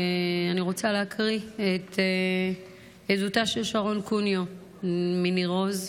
אני רוצה להקריא את עדותה של שרון קוניו מניר עוז,